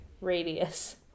radius